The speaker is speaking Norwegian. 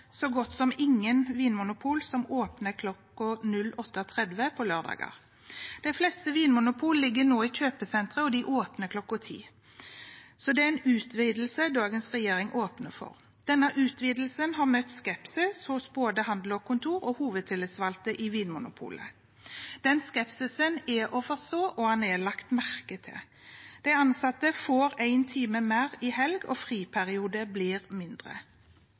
så godt som ingen vinmonopol som åpner kl. 8.30 på lørdager. De fleste vinmonopol ligger nå i kjøpesentre og de åpner kl. 10, så det er en utvidelse dagens regjering åpner for. Denne utvidelsen har møtt skepsis hos både Handel og Kontor og hovedtillitsvalgte i Vinmonopolet. Den skepsisen er å forstå, og den er lagt merke til. De ansatte får en time mer i helg og friperioden blir mindre.